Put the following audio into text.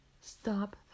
Stop